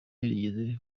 yarigeze